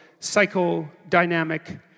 psychodynamic